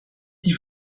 die